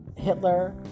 Hitler